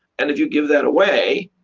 and if you give that away,